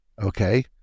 Okay